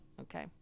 Okay